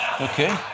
Okay